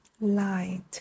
light